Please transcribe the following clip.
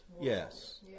yes